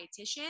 dietitian